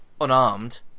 unarmed